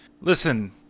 Listen